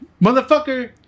Motherfucker